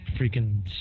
freaking